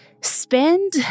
spend